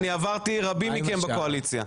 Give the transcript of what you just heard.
אני עברתי רבים מכם בקואלציה.